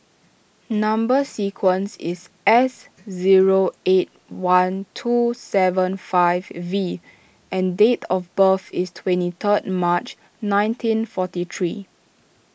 Number Sequence is S zero eight one two seven five V and date of birth is twenty third March nineteen forty three